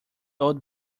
old